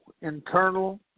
internal